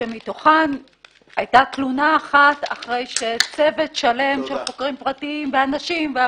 שמתוכן היתה תלונה אחת אחרי שצוות שלם של חוקרים פרטיים ואנשים,